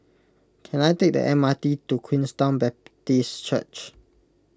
can I take the M R T to Queenstown Baptist Church